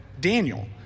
Daniel